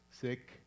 sick